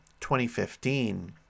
2015